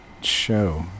show